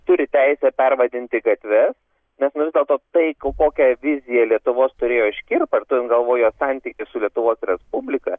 turi teisę pervadinti gatves ne nu vis dėlto tai kokią viziją lietuvos turėjo škirpa ir turim galvoj jo santykį su lietuvos respublika